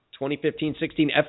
2015-16